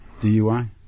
DUI